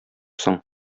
соң